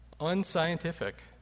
unscientific